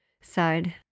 side